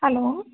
hello